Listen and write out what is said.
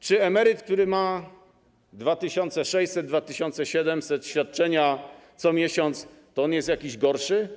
Czy emeryt, który ma 2600, 2700 zł świadczenia co miesiąc, jest jakiś gorszy?